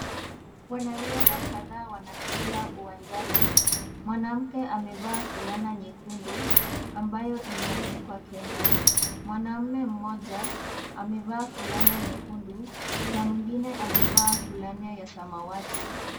Wanariadha kadhaa wanakimbia uwanjani, mwanamke amevaa fulana nyekundu ambayo imeandikwa Kenya, mwanaume mmoja amevaa fulana nyekundu na mwingine amevaa fulana ya samawati.